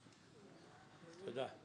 תודה.